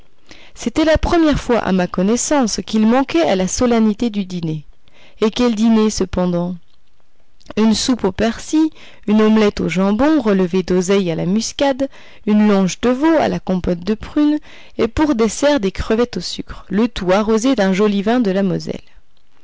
c'était la première fois à ma connaissance qu'il manquait à la solennité du dîner et quel dîner cependant une soupe au persil une omelette au jambon relevée d'oseille à la muscade une longe de veau à la compote de prunes et pour dessert des crevettes au sucre le tout arrosé d'un joli vin de la moselle